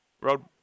Road